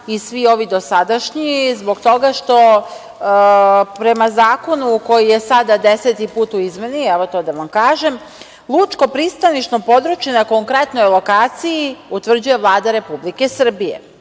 i svi ovi dosadašnji zbog toga što prema zakonu koji je sada deseti put u izmeni, to da vam kažem, lučko pristanišno područje na konkretnoj lokaciji utvrđuje Vlada Republike Srbije